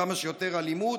כמה שיותר אלימות?